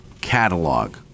catalog